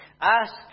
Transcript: Ask